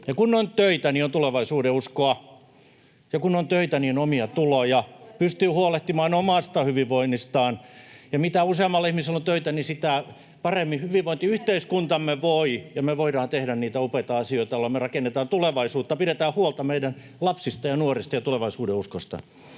Kun on töitä, niin on tulevaisuudenuskoa, ja kun on töitä, niin on omia tuloja, pystyy huolehtimaan omasta hyvinvoinnistaan. Ja mitä useammalla ihmisellä on töitä, sitä paremmin hyvinvointiyhteiskuntamme voi ja me voidaan tehdä niitä upeita asioita, joilla me rakennetaan tulevaisuutta, pidetään huolta meidän lapsista ja nuorista ja tulevaisuudenuskosta.